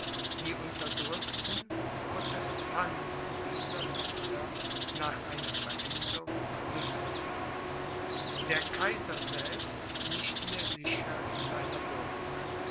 die unterdrückten protestanten dieser länder nach einer veränderung lüstern der kaiser selbst nicht mehr sicher in seiner burg